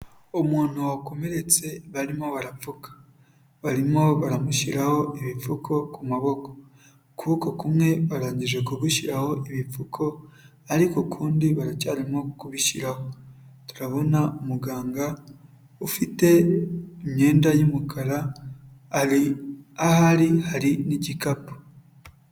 Umuntu wakomeretse barimo barapfuka, barimo baramushyiraho ibipfuko ku maboko. Ukuboko kumwe barangije kugushyiraho ibipfuko ariko ukundi baracyarimo kubishyiraho. Turabona umuganga ufite imyenda y'umukara ari ahari hari n'igikapu.